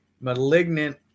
Malignant